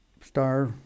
star